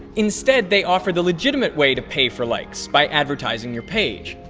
instead they offer the legitimate way to pay for likes by advertising your page.